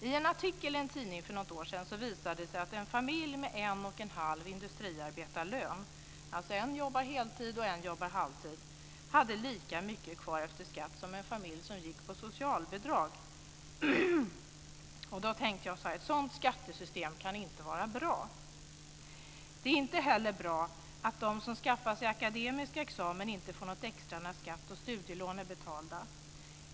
I en artikel i en tidning för något år sedan visade det sig att en familj med en och en halv industriarbetarlön - en jobbar heltid och en jobbar halvtid - hade lika mycket kvar efter skatt som en familj som fick socialbidrag. Då tänkte jag att ett sådant skattesystem inte kan vara bra. Det är inte heller bra att de som skaffar sig en akademisk examen inte får något extra när skatt och studielån är betalda.